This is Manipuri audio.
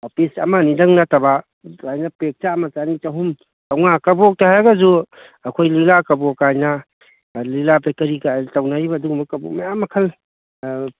ꯄꯤꯁ ꯑꯃꯅꯤꯗꯪ ꯅꯠꯇꯕ ꯁꯨꯃꯥꯏꯅ ꯄꯦꯛ ꯆꯥꯝꯃ ꯆꯅꯤ ꯆꯍꯨꯝ ꯆꯥꯝꯃꯉꯥ ꯀꯕꯣꯛꯇ ꯍꯥꯏꯔꯒꯁꯨ ꯑꯩꯈꯣꯏ ꯂꯤꯛꯂꯥ ꯀꯕꯣꯛꯀꯥꯏꯅ ꯂꯤꯛꯂꯥ ꯕꯦꯛꯀꯔꯤꯒꯥꯏ ꯇꯧꯅꯔꯤꯕ ꯑꯗꯨꯒꯨꯝꯕ ꯀꯕꯣꯛ ꯃꯌꯥꯝ ꯃꯈꯜ